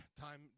time